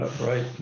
Right